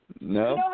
No